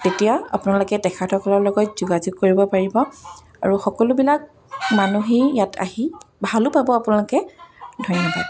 তেতিয়া আপোনালোকে তেখেতসকলৰ লগত যোগাযোগ কৰিব পাৰিব আৰু সকলোবিলাক মানুহেই ইয়াত আহি ভালো পাব আপোনালোকে ধন্যবাদ